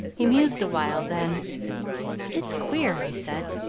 he mused a while, then it's queer, he said.